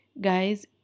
guys